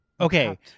Okay